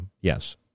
Yes